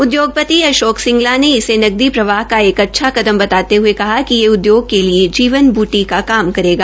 उद्योगपति अशोक सिंगला ने इसे नकदी प्रवाह का एक अच्छा कदम बताते हये कहा कि ये उद्योग के लिए जीवन घ्टी का काम करेगा